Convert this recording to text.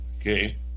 Okay